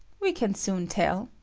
we can soon tell.